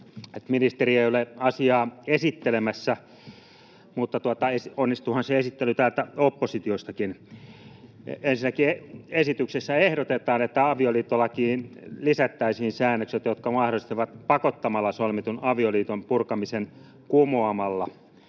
ministeri ei ole asiaa esittelemässä. Mutta onnistuuhan se esittely täältä oppositiostakin. Ensinnäkin esityksessä ehdotetaan, että avioliittolakiin lisättäisiin säännökset, jotka mahdollistavat pakottamalla solmitun avioliiton purkamisen kumoamalla.